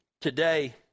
Today